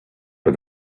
but